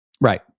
Right